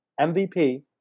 MVP